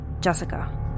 Jessica